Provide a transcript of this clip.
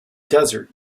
desert